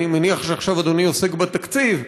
אני מניח שעכשיו אדוני עוסק בתקציב,